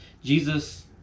Jesus